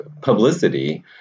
publicity